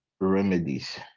remedies